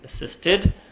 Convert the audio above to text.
assisted